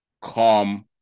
calm